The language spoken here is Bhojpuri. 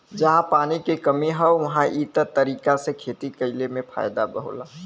जहां पानी के कमी हौ उहां इ तरीका से खेती कइला में फायदा होला